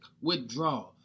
withdraw